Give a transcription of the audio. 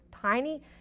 tiny